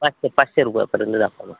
पाचशे पाचशे रुपयापर्यंत दाखवा